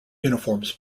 uniforms